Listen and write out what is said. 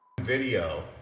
video